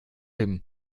dem